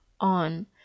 on